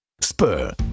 Spur